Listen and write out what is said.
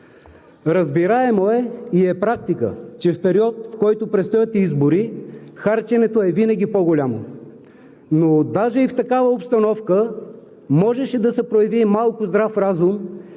Разбираемо е и е практика – в период, в който престоят избори, харченето винаги е по-голямо. Но даже и в такава обстановка можеше да се прояви малко здрав разум